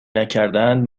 نکردند